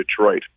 Detroit